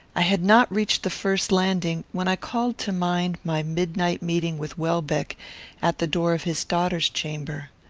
i had not reached the first landing when i called to mind my midnight meeting with welbeck at the door of his daughter's chamber.